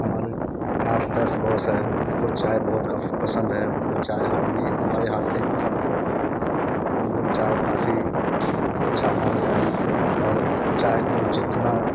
हमारे आठ दस बॉस हैं उनको चाय बहुत काफ़ी पसंद है उनको चाय हम भी हमारे हाथ से ही पसंद है हम लोग चाय काफ़ी अच्छा बनाते है और चाय को जितना